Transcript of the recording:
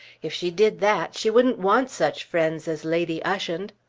if she did that she wouldn't want such friends as lady ushant.